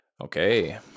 Okay